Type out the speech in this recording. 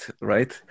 right